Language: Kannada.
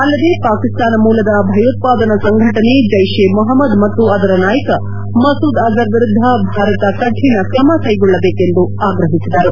ಅಲ್ಲದೇ ಪಾಕಿಸ್ತಾನ ಮೂಲದ ಭಯೋತ್ಪಾದನಾ ಸಂಘಟನೆ ಜೈಷೇ ಮೊಹಮ್ದದ್ ಮತ್ತು ಅದರ ನಾಯಕ ಮಸೂದ್ ಅಜರ್ ವಿರುದ್ದ ಭಾರತ ಕಠಿಣ ಕ್ರಮ ಕೈಗೊಳ್ಳಬೇಕೆಂದು ಆಗ್ರಹಿಸಿದರು